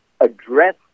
address